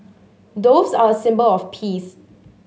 doves are a symbol of peace